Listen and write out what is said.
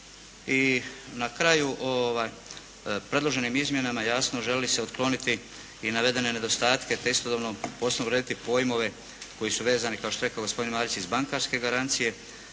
I na kraju predloženim izmjenama jasno želi se otkloniti navedene nedostatke te istodobno …/Govornik se ne razumije./… urediti pojmove koji su vezani kao što je rekao gospodin Marić iz bankarske garancije